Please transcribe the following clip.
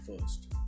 first